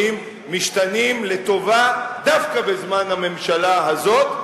משתנים לטובה דווקא בזמן הממשלה הזאת,